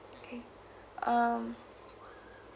um